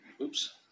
oops